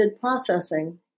processing